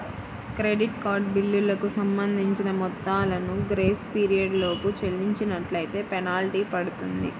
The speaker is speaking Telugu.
క్రెడిట్ కార్డు బిల్లులకు సంబంధించిన మొత్తాలను గ్రేస్ పీరియడ్ లోపు చెల్లించనట్లైతే ఫెనాల్టీ పడుతుంది